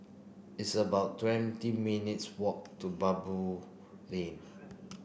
it's about twenty minutes' walk to Baboo Lane